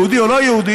יהודי או לא יהודי,